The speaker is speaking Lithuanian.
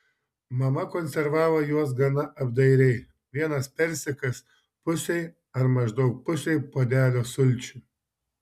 mama konservavo juos gana apdairiai vienas persikas pusei ar maždaug pusei puodelio sulčių